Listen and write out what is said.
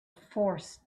forced